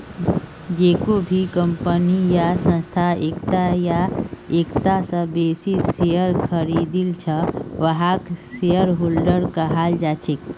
जेको भी कम्पनी या संस्थार एकता या एकता स बेसी शेयर खरीदिल छ वहाक शेयरहोल्डर कहाल जा छेक